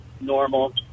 normal